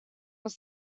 was